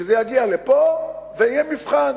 כשזה יגיע לפה, זה יהיה מבחן.